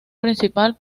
principal